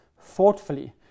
thoughtfully